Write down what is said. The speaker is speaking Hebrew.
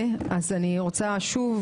אני תיכף אדבר.